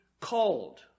called